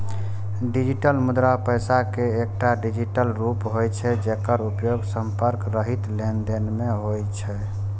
digital मुद्रा पैसा के एकटा डिजिटल रूप होइ छै, जेकर उपयोग संपर्क रहित लेनदेन मे होइ छै